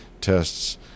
tests